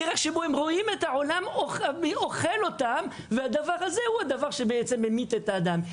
הדרך שבה הם רואים את העולם אוכל אותם וזה מה שממית אותם.